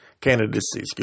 candidacy